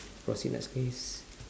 proceed next space